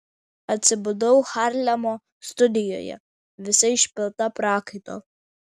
atsibudau harlemo studijoje visa išpilta prakaito